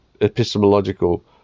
epistemological